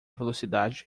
velocidade